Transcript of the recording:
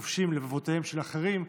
וכובשים לבבותיהם של אחרים,